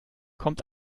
kommt